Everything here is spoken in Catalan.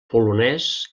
polonès